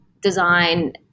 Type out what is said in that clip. design